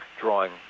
drawing